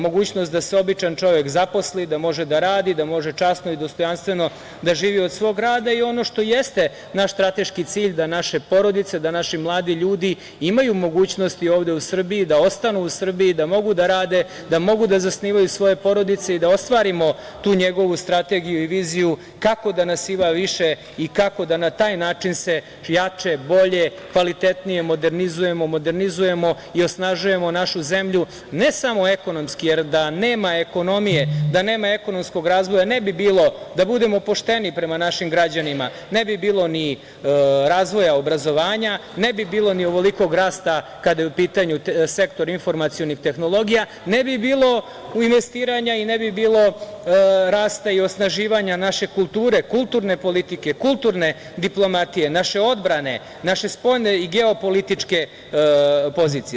Mogućnost da se običan čovek zaposli, da može da radi, da može časno i dostojanstveno da živi od svog rada i ono što jeste naš strateški cilj da naše porodice, da naši mladi ljudi imaju mogućnosti ovde u Srbiji da ostanu u Srbiji, da mogu da rade, da mogu da zasnivaju svoje porodice i da ostvarimo tu njegovu strategiju i viziju kako da nas ima više i kako da se na taj način jače, bolje, kvalitetnije modernizujemo i osnažujemo našu zemlju, ne samo ekonomski, jer da nema ekonomije, da nema ekonomskog razvoja, ne bi bilo, da budemo pošteni prema našim građanima, ne bi bilo ni razvoja obrazovanja, ne bi bilo ni ovolikog rasta kada je u pitanju sektor informacionih tehnologija, ne bi bilo investiranja i ne bi bilo rasta i osnaživanja naše kulture, kulturne politike, kulturne diplomatije, naše odbrane, naše spoljne i geopolitičke pozicije.